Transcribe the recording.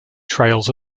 trails